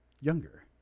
younger